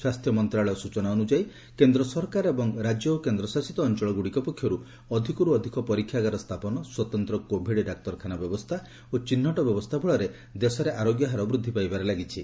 ସ୍ୱାସ୍ଥ୍ୟ ମନ୍ତ୍ରଶାଳୟ ସୂଚନା ଅନୁଯାୟୀ କେନ୍ଦ୍ର ସରକାର ଏବଂ ରାଜ୍ୟ ଓ କେନ୍ଦ୍ରଶାସିତ ଅଞ୍ଚଳଗୁଡିକ ପକ୍ଷରୁ ଅଧିକରୁ ଅଧିକ ପରୀକ୍ଷାଗାର ସ୍ଥାପନ ସ୍ୱତନ୍ତ୍ର କୋଭିଡ ଡାକ୍ତରଖାନା ବ୍ୟବସ୍ଥା ଓ ଚିହ୍ନଟ ବ୍ୟବସ୍ଥା ଫଳରେ ଦେଶରେ ଆରୋଗ୍ୟ ହାର ବୃଦ୍ଧି ପାଇବାରେ ଲାଗିଛି